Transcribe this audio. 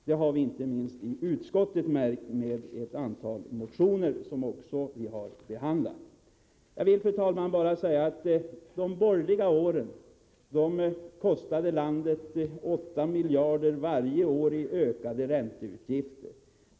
Det har inte minst vi i utskottet märkt vid behandlingen av de motioner som vi haft att ta ställning till. Jag vill, fru talman, bara säga att de borgerliga åren kostade landet 8 miljarder kronor varje år i ökade ränteutgifter.